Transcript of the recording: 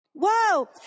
Whoa